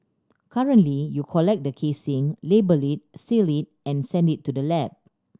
currently you collect the casing label it seal it and send it to the lab